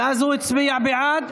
ואז הוא הצביע בעד.